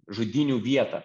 žudynių vietą